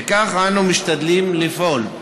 וכך אנו משתדלים לפעול.